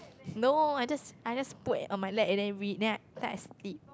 no I just I just put at on my lap and then read then I s~ I sleep